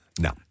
No